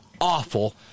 awful